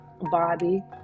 Bobby